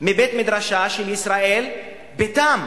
מבית-מדרשה של "ישראל ביתם".